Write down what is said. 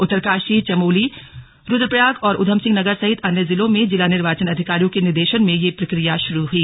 उत्तरकाशी चमोली रुद्रप्रयाग और उधमसिंह नगर सहित अन्य जिलों में जिला निर्वाचन अधिकारियों के निर्देशन में यह प्रक्रिया शुरू गई